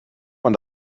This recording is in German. man